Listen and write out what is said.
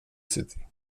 city